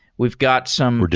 we've got some we're